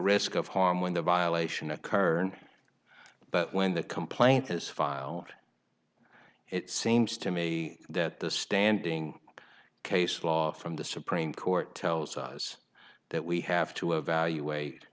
risk of harm when the violation occurred but when the complaint is filed it seems to me that the standing case law from the supreme court tells us that we have to evaluate